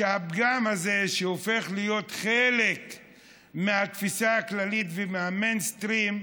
שהפגם הזה הופך להיות חלק מהתפיסה הכללית ומהמיינסטרים,